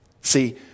See